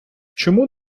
чому